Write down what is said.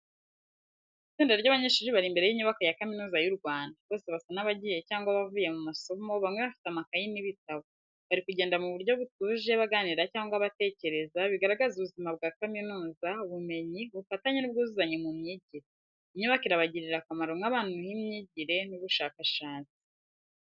Itsinda ry’abanyeshuri bari imbere y’inyubako ya Kaminuza y’u Rwanda. Bose basa n’abagiye cyangwa bavuye mu masomo, bamwe bafite amakayi n’ibitabo. Bari kugenda mu buryo butuje, baganira cyangwa batekereza, bigaragaza ubuzima bwa kaminuza, ubumenyi, ubufatanye n’ubwuzuzanye mu myigire. Inyubako irabagirira akamaro nk’ahantu h’imyigire n’ubushakashatsi.